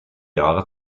jahre